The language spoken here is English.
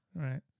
Right